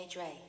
Dre